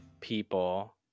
people